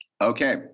okay